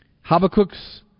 Habakkuk's